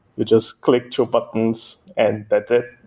we just click two buttons and that's it.